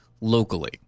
locally